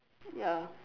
ya